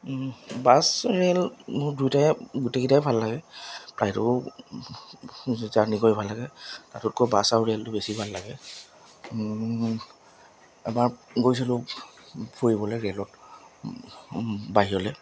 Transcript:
bus rail মোৰ দুয়োটায়ে গোটেইকেইটাই ভাল লাগে ফ্লাইটো জাৰ্ণি কৰি ভাল লাগে তাতোতকৈ বাছ আৰু ৰেলটো বেছি ভাল লাগে এবাৰ গৈছিলোঁ ফুৰিবলৈ ৰে'লত বাহিৰলৈ